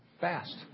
Fast